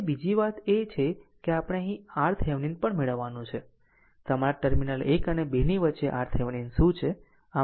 હવે બીજી વાત એ છે કે આપણે અહીં RThevenin પણ મેળવવાની છે તમારા ટર્મિનલ 1 અને 2 ની વચ્ચે RThevenin શું છે